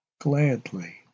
gladly